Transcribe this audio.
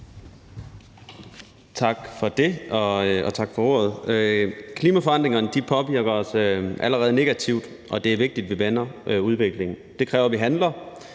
Melson (V): Tak for ordet. Klimaforandringerne påvirker os allerede negativt, og det er vigtigt, at vi vender udviklingen. Det kræver, at vi handler.